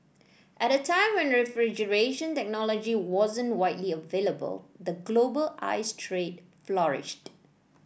at a time when refrigeration technology wasn't widely available the global ice trade flourished